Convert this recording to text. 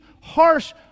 harsh